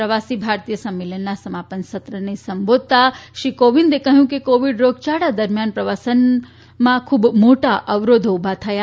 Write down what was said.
પ્રવાસી ભારતીય સંમેલનના સમાપન સત્રને સંબોધતા શ્રી કોવિંદે કહ્યું કે કોવિડ રોગયાળા દરમ્યાન પ્રવાસનમાં ખુબ મોટા અવરોધો ઉભા થયા